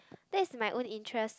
that is my own interest